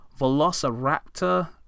velociraptor